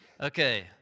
okay